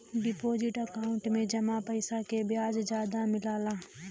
deposit account में जमा पइसा पे ब्याज जादा मिलला